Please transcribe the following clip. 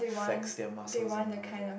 flex their muscles and all the